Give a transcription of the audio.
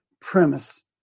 premise